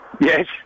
Yes